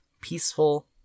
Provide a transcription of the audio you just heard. peaceful